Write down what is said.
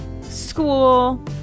school